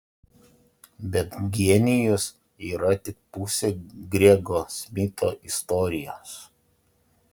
bet genijus yra tik pusė grego smitho istorijos